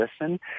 listen